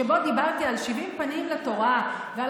שבו דיברתי על שבעים פנים לתורה ועל